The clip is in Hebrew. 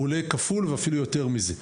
הוא עולה כפול ואף יותר מזה.